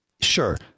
sure